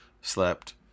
slept